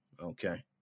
okay